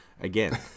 Again